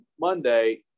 Monday